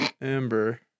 Amber